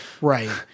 Right